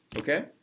Okay